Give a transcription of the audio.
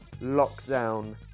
lockdown